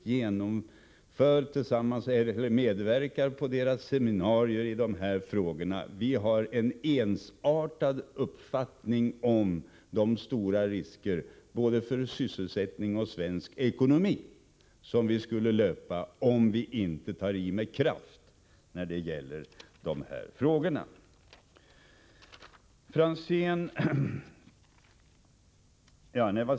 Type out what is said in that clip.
Jag medverkar i seminarier som facket anordnar kring dessa frågor, och vi har en ensartad uppfattning om de stora risker både för sysselsättning och för ekonomi som vi löper om vi inte med kraft angriper problemen.